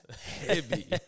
heavy